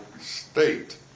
state